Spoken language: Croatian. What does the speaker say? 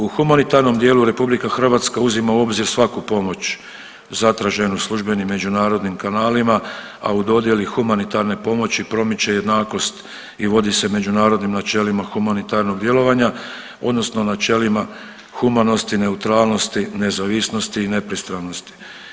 U humanitarnom dijelu RH uzima u obzir svaku pomoć zatraženu službenim međunarodnim kanalima, a u dodijeli humanitarne pomoći promiče jednakost i vodi se međunarodnim načelima humanitarnog djelovanja odnosno načelima humanosti, neutralnosti, nezavisnosti i nepristranosti.